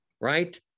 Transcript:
right